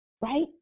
right